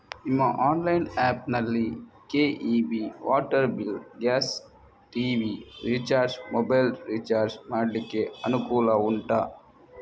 ನಿಮ್ಮ online app ನಲ್ಲಿ KEB, water bill, gas, TV recharge, mobile recharge ಮಾಡ್ಲಿಕ್ಕೆ ಅನುಕೂಲ ಉಂಟಾ